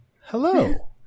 Hello